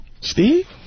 Steve